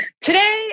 Today